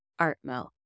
Artmo